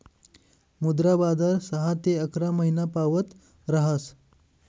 मुद्रा बजार सहा ते अकरा महिनापावत ऱहास